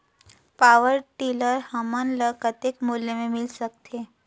Power tiller हमन ल कतेक मूल्य मे मिल सकथे?